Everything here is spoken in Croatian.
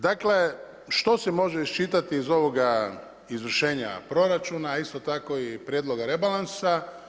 Dakle, što se može iščitati iz ovoga izvršenja proračuna, a isto tako i prijedloga rebalansa?